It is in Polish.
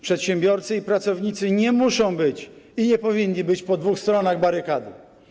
Przedsiębiorcy i pracownicy nie muszą być i nie powinni być po dwóch stronach barykady.